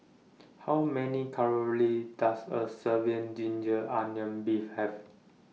How Many Calories Does A Serving Ginger Onions Beef Have